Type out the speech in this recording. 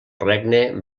regne